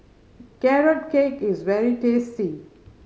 Carrot Cake is very tasty